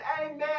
amen